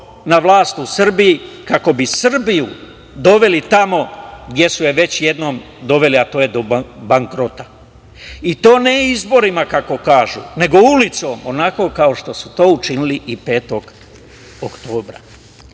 na vlast u Srbiji, kako bi Srbiju doveli tamo gde su je već jedno doveli, a to je do bankrota, i to ne izborima, kako kažu, nego ulicom, onako kako su to učinili i 5. oktobra. Đilasovi